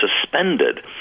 suspended